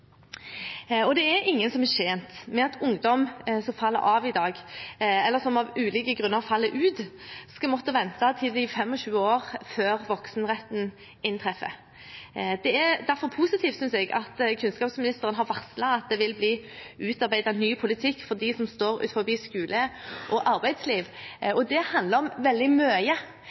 Det er ingen som er tjent med at ungdom som faller av i dag, eller som av ulike grunner faller ut, skal måtte vente til de blir 25 år før voksenretten inntreffer. Det er derfor positivt, synes jeg, at kunnskapsministeren har varslet at det vil bli utarbeidet ny politikk for dem som står utenfor skole og arbeidsliv.